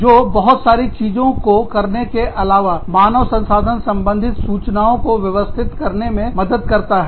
जो बहुत सारी चीजों को करने के अलावा मानव संसाधन संबंधित सूचनाओं को व्यवस्थित करने में मदद करता है